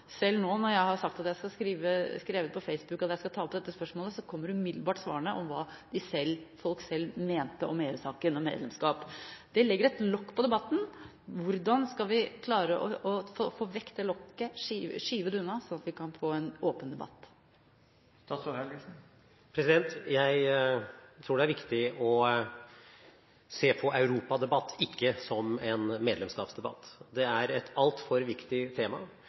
Selv når jeg nå har skrevet på Facebook at jeg skal ta opp dette spørsmålet, kommer umiddelbart svarene om hva folk selv mente om EU-saken og medlemskap. Det legger et lokk på debatten. Hvordan skal vi klare å få vekk det lokket, skyve det unna, sånn at vi kan få en åpen debatt? Jeg tror det er viktig å se på europadebatt ikke som en medlemskapsdebatt. Det er et altfor viktig tema.